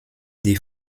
die